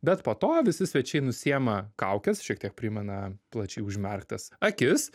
bet po to visi svečiai nusiima kaukes šiek tiek primena plačiai užmerktas akis